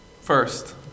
First